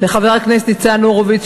לחבר הכנסת ניצן הורוביץ,